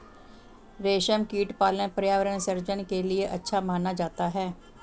रेशमकीट पालन पर्यावरण सृजन के लिए अच्छा माना जाता है